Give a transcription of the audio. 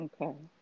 Okay